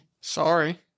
Sorry